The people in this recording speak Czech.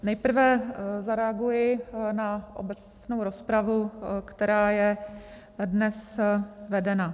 Nejprve zareaguji na obecnou rozpravu, která je dnes vedena.